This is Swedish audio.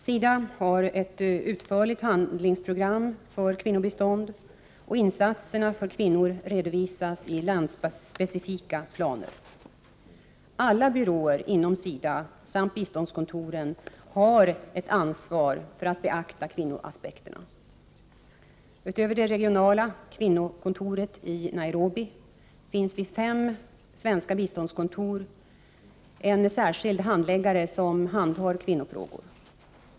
SIDA har ett utförligt handlingsprogram för kvinnobistånd och insatserna för kvinnor redovisas i landspecifika planer. Alla byråer inom SIDA samt biståndskontoren har ett ansvar att beakta kvinnoaspekterna. Utöver det regionala kvinnokontoret i Nairobi finns vid fem svenska biståndskontor en särskild handläggare som handhar kvinnofrågor.